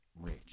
rich